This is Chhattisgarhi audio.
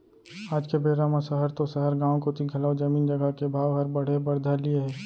आज के बेरा म सहर तो सहर गॉंव कोती घलौ जमीन जघा के भाव हर बढ़े बर धर लिये हे